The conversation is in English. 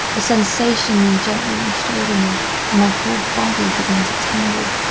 a sensation then gently washed over me and my whole body began to tingle.